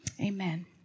Amen